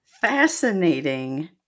fascinating